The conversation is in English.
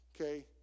okay